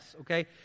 Okay